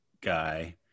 guy